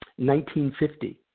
1950